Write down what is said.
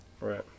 Right